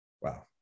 Wow